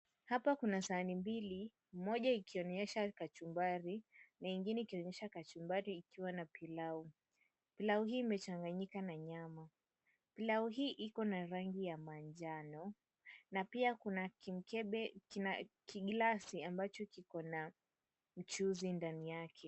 Hapa kuna sahani mbili moja ikionyesha kachumbari ingine ikionyesha kachumbari ikiwa na pilau, pilau hii imechanganyika na nyama, pilau hii iko na rangi ya manjano na pia kuna kimkebe kiglasi kiko na mchuzi ndani yake.